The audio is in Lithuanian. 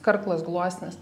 karklas gluosnis